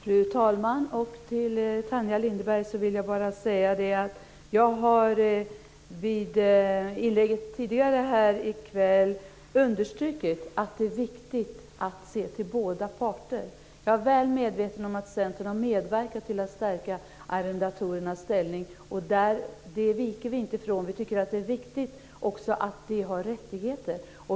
Fru talman! Jag skulle vilja säga till Tanja Linderborg att jag i ett tidigare inlägg här i kväll har understrukit att det är viktigt att se till båda parter. Jag är väl medveten om att Centern har medverkat till att stärka arrendatorerna ställning. Det viker vi inte ifrån. Vi tycker att det är viktigt att de också har rättigheter.